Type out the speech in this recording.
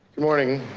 morning,